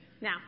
Now